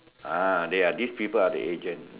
ah they are these people are the agent